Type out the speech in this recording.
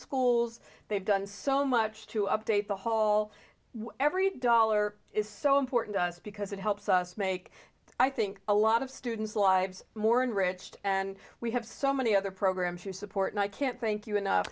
schools they've done so much to update the hall every dollar is so important to us because it helps us make i think a lot of students lives more in rich and we have so many other programs to support and i can't thank you enough